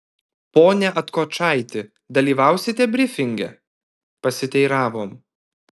pone atkočaiti dalyvausite brifinge pasiteiravom